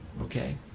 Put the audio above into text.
Okay